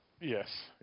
Yes